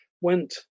went